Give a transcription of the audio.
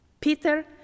Peter